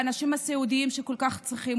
באנשים הסיעודיים שכל כך צריכים,